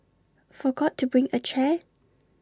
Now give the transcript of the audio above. forgot to bring A chair